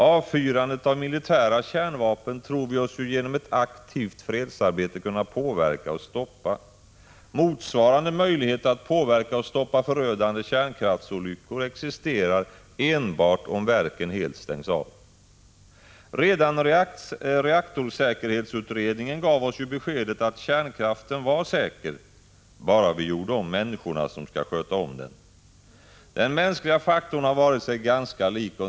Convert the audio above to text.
Avfyrandet av militära kärnvapen tror vi oss ju genom ett aktivt fredsarbete kunna påverka och stoppa. Motsvarande möjlighet att påverka och stoppa förödande kärnkraftsolyckor existerar enbart om verken helt stängs av. Redan reaktorsäkerhetsutredningen gav oss ju beskedet att kärnkraften var säker, bara vi gjorde om människorna som skall sköta om den. Den mänskliga faktorn har varit sig ganska lik.